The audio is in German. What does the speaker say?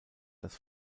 das